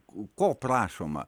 ko prašoma